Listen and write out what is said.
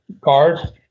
card